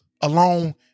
alone